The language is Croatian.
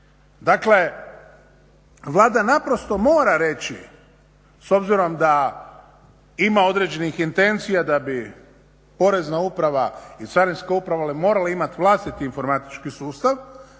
Dakle, Vlada naprosto mora reći s obzirom da ima određenih intencija da bi porezna uprava i carinska uprava morale imati vlastiti informacijski sustav,